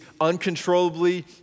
uncontrollably